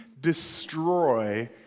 destroy